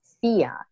fear